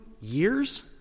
Years